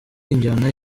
injyana